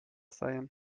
seien